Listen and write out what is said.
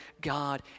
God